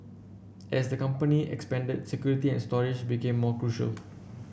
as the company expanded security and storage became more crucial